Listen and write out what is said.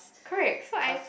correct so I